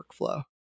workflow